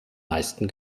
meisten